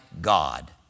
God